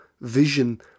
vision